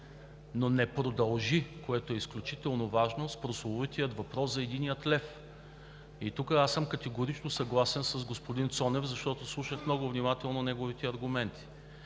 но не продължи, което е изключително важно, с прословутия въпрос за единния лев. Тук съм категорично съгласен с господин Цонев, защото слушах много внимателно неговите аргументи.